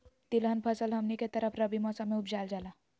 तिलहन फसल हमनी के तरफ रबी मौसम में उपजाल जाला